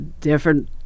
different